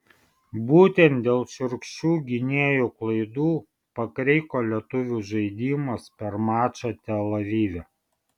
būtent dėl šiurkščių gynėjų klaidų pakriko lietuvių žaidimas per mačą tel avive